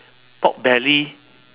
pork belly